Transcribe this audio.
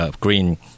green